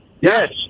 Yes